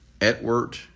Edward